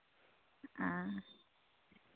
ᱟᱸᱻ